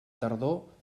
tardor